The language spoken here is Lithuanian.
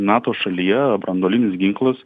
nato šalyje branduolinis ginklas